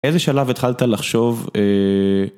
איזה שלב התחלת לחשוב?